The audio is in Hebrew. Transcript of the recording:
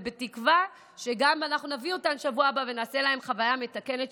ובתקווה שאנחנו גם נביא אותן בשבוע הבא ונעשה להן חוויה מתקנת,